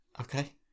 Okay